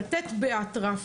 לתת באטרף?